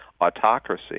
autocracy